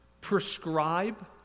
prescribe